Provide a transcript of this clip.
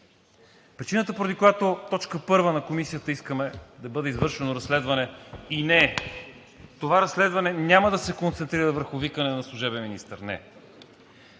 Причината, поради която по точка първа на Комисията искаме да бъде извършено разследване – и не, това разследване няма да се концентрира върху викане на служебен министър. Не.